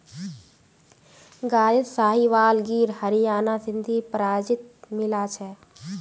गायत साहीवाल गिर हरियाणा सिंधी प्रजाति मिला छ